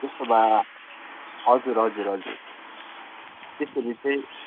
त्यसो भए हजुर हजुर हजुर त्यसरी चाहिँ